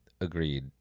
agreed